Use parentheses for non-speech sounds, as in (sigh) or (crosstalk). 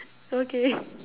okay (laughs)